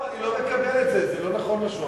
לא, אני לא מקבל את זה, זה לא נכון מה שהוא אמר.